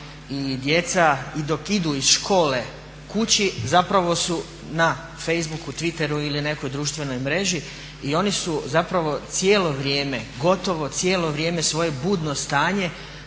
i dok idu iz škole kući zapravo su na facebooku, twitteru ili nekoj društvenoj mreži i oni su cijelo vrijeme, gotovo cijelo vrijeme svoje budno stanje